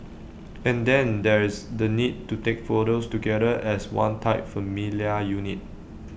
and then there is the need to take photos together as one tight familial unit